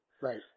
Right